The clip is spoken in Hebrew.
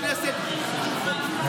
חבר הכנסת, רק ועדה אחת.